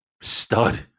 stud